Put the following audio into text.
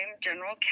general